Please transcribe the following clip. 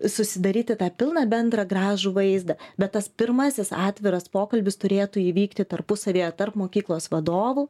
susidaryti tą pilną bendrą gražų vaizdą bet tas pirmasis atviras pokalbis turėtų įvykti tarpusavyje tarp mokyklos vadovų